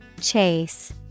chase